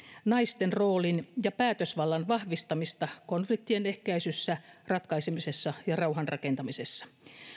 naisten roolin ja päätösvallan vahvistamista konfliktien ehkäisyssä ja ratkaisemisessa ja rauhan rakentamisessa